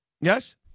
Yes